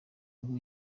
ngo